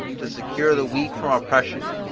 to secure the weak from oppression,